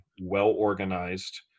well-organized